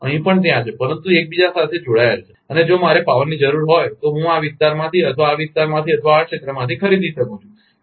અહીં પણ ત્યાં છે પરંતુ તે એકબીજા સાથે જોડાયેલા છે અને જો મારે પાવરની જરૂર હોય તો હું આ વિસ્તારમાંથી અથવા આ વિસ્તારમાંથી આ ક્ષેત્રમાંથી ખરીદી શકું છું